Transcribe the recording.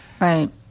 Right